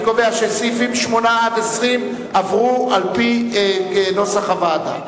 אני קובע שסעיפים 8 20 עברו על-פי נוסח הוועדה.